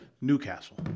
Newcastle